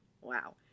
Wow